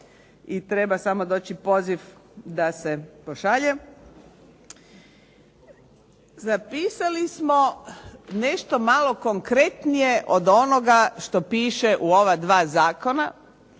treba samo doći poziv da se pošalje. Zapisali smo nešto malo konkretnije od onoga što piše u ova dva zakona